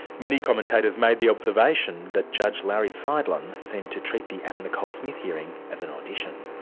many commentators made the observation that judge larry seidlin seemed to treat the anna nicole smith hearing as an audition.